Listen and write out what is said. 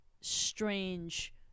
strange